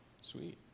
Sweet